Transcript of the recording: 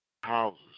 houses